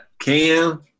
Cam